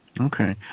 Okay